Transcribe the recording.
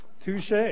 Touche